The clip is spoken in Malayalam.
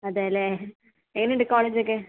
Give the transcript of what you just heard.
അതെയല്ലേ എങ്ങനെയുണ്ട് കോളേജ് ഒക്കെ